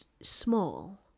small